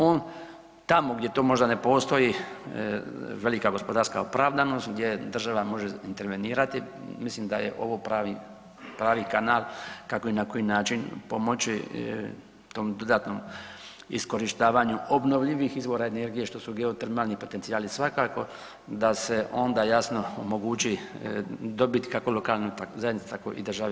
On tamo gdje to možda ne postoji velika gospodarska opravdanost gdje država može intervenirati mislim da je ovo pravi, pravi kanal kako i na koji način pomoći tom dodatnom iskorištavanju obnovljivih izvora energije što su geotermalni potencijali svakako da se onda jasno omogući dobit kako lokalne zajednice tako i države Hrvatske.